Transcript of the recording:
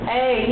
Hey